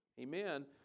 Amen